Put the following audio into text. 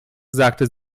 sagte